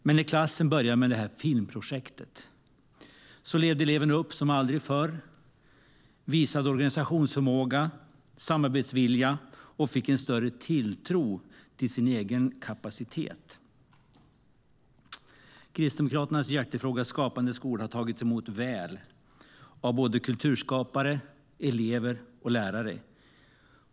Men när klassen började med ett filmprojekt levde eleven upp som aldrig förr, visade organisationsförmåga och samarbetsvilja och fick en större tilltro till sin egen kapacitet. Kristdemokraternas hjärtefråga Skapande skola har tagits emot väl av kulturskapare, elever och lärare.